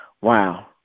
Wow